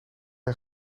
een